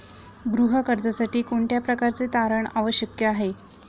गृह कर्जासाठी कोणत्या प्रकारचे तारण आवश्यक आहे?